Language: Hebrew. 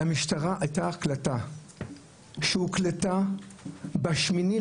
למשטרה הייתה הקלטה שהוקלטה ב-8.1.2019,